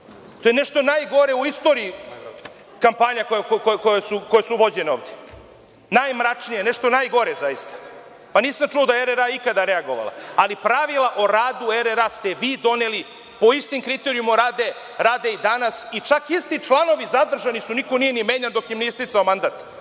To je nešto najgore u istoriji kampanja koje su vođene ovde, najmračnija, nešto najgore zaista. Pa nisam čuo da je RRA ikada reagovala. Ali, pravila o radu RRA ste vi doneli po istom kriterijumu rade i danas i čak isti članovi zadržani su, niko nije ni menjan dok im je isticao mandat.O